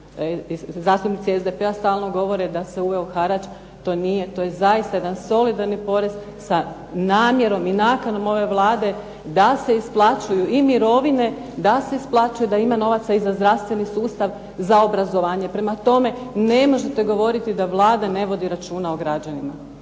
zastupnici SDP-a govore da se uveo harač. To nije, to je zaista jedan solidarni porez sa namjerom i nakanom ove Vlade da se isplaćuju i mirovine, da ima novaca i za zdravstveni sustav, za obrazovanje. Prema tome, ne možete govoriti da Vlada ne vodi računa o građanima.